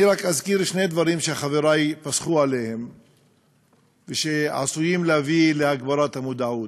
אני רק אזכיר שני דברים שחברי פסחו עליהם ועשויים להביא להגברת המודעות.